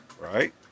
Right